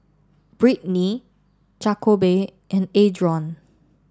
Britni Jakobe and Adron